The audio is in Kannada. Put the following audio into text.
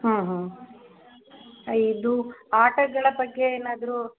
ಹ್ಞೂ ಹ್ಞೂ ಇದು ಆಟಗಳ ಬಗ್ಗೆ ಏನಾದ್ರೂ